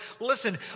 Listen